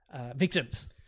victims